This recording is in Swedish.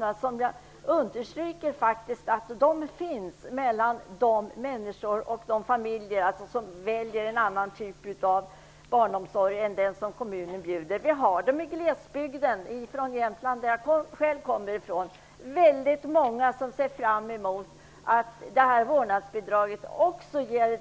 Jag vill understryka att det faktiskt finns orättvisor för de familjer som väljer en annan typ av barnomsorg än den som kommunen bjuder. Vi har dessa orättvisor i glesbygden. I Jämtland, som jag själv kommer från, är det väldigt många som ser fram emot detta vårdnadsbidrag som också ger